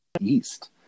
East